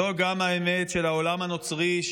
זו גם האמת של העולם הנוצרי,